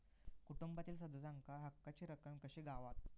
कुटुंबातील सदस्यांका हक्काची रक्कम कशी गावात?